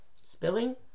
spilling